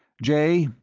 jay,